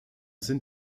sind